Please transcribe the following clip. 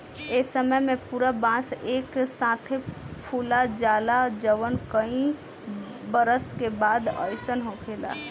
ए समय में पूरा बांस एक साथे फुला जाला जवन कई बरस के बाद अईसन होखेला